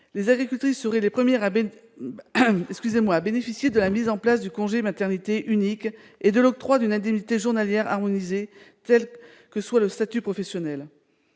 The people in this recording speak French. les agricultrices seraient les premières à bénéficier de la mise en place du congé de maternité unique et de l'octroi d'une indemnité journalière harmonisée, quel que soit leur statut professionnel.